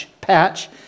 patch